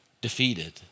Defeated